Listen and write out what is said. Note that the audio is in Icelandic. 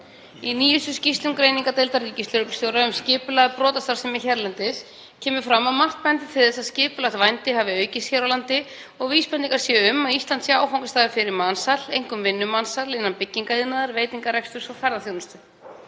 Í nýjustu skýrslum greiningardeildar ríkislögreglustjóra um skipulagða brotastarfsemi hérlendis kemur fram að margt bendi til að skipulagt vændi hafi aukist hér á landi og vísbendingar séu um að Ísland sé áfangastaður fyrir mansal, einkum vinnumansal innan byggingariðnaðar, veitingarekstrar svo og ferðaþjónustu.